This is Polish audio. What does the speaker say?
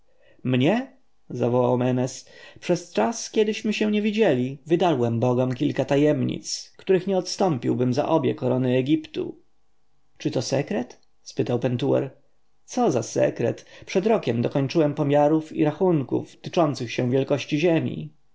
mnie zawołał menes przez czas kiedyśmy się nie widzieli wydarłem bogom kilka tajemnic których nie odstąpiłbym za obie korony egiptu czy to sekret spytał pentuer co za sekret przed rokiem dokończyłem pomiarów i rachunków tyczących się wielkości ziemi